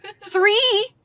three